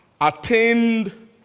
attained